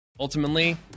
Ultimately